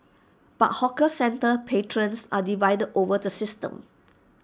but hawker centre patrons are divided over the system